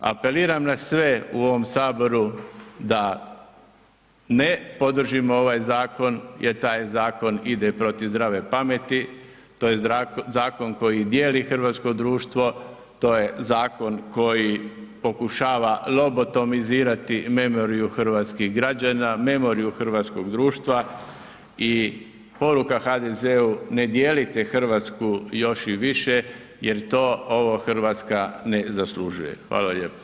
Apeliram na sve u ovom HS da ne podržimo ovaj zakon jer taj zakon ide protiv zdrave pameti, to je zakon koji dijeli hrvatsko društvo, to je zakon koji pokušava lobotomizirati memoriju hrvatskih građana, memoriju hrvatskog društva i poruka HDZ-u ne dijelite RH još i više jer to ova RH ne zaslužuje.